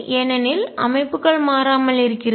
ஏனெனில் அமைப்புகள் மாறாமல் இருக்கிறது